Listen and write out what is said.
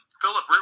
Philip